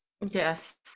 Yes